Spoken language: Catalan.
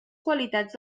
qualitats